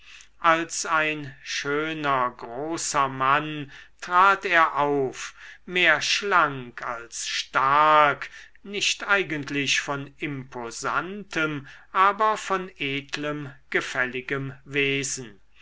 als ein schöner großer mann trat er auf mehr schlank als stark nicht eigentlich von imposantem aber von edlem gefälligem wesen